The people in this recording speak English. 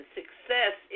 success